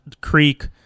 creek